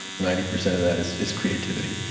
ninety percent of that is is creativity.